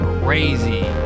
crazy